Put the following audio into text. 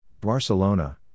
Barcelona